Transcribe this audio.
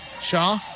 Shaw